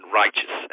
righteous